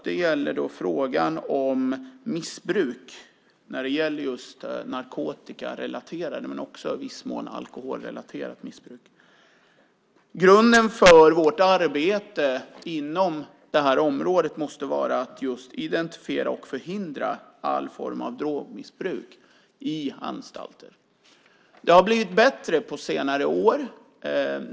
Det gäller frågan om missbruk, narkotikarelaterat missbruk men också i viss mån alkoholrelaterat missbruk. Grunden för vårt arbete inom det här området måste vara att just identifiera och förhindra all form av drogmissbruk i anstalter. Det har blivit bättre på senare år.